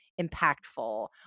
impactful